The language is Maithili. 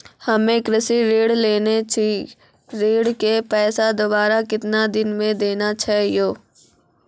हम्मे कृषि ऋण लेने छी ऋण के पैसा दोबारा कितना दिन मे देना छै यो?